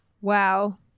Wow